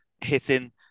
hitting